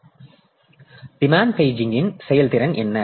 இப்போது டிமாண்ட் பேஜிங்கின் செயல்திறன் என்ன